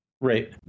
Right